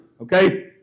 okay